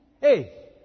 Hey